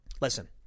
Listen